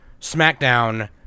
Smackdown